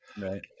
Right